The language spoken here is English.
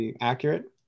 accurate